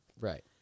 Right